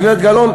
הגברת גלאון,